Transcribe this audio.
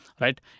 right